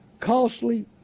costly